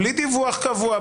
בלי דיווח קבוע,